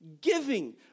giving